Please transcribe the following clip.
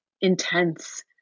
intense